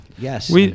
Yes